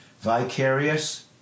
Vicarious